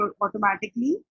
automatically